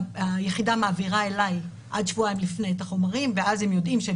היחידה מעבירה אלי עד שבועיים לפני את החומרים ואז הם יודעים שהם